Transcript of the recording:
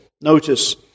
notice